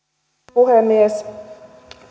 puhemies